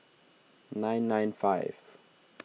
nine nine five